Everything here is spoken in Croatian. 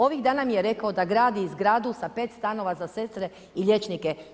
Ovih dana mi je rekao da gradi zgradu sa 5 stanova za sestre i liječnike.